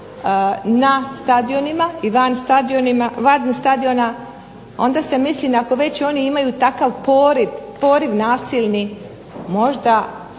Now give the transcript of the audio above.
prema njima na stadionima i van stadiona onda se mislim ako oni već imaju takav poriv nasilni možda